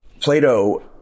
Plato